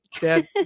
Dad